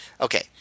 okay